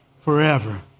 forever